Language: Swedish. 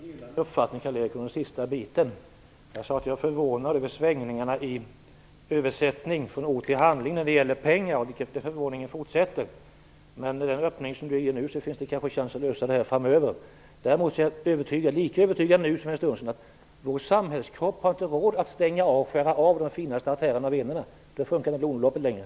Fru talman! Jag delar Karl-Erik Perssons uppfattning i den sista delen. Det jag är förvånad över är svängningarna och översättningen från ord till handling när det gäller pengar, och den förvåningen fortsätter. Men med den öppning som Karl-Erik Persson ger nu finns det kanske en chans att lösa det här framöver. Jag är däremot lika övertygad nu som för en stund sedan att vår samhällskropp inte har råd att skära av de finaste artärerna och venerna. Då fungerar inte blodomloppet längre.